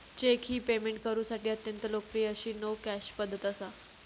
check ही payment करुसाठी अत्यंत लोकप्रिय अशी नो कॅश पध्दत असा